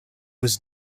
was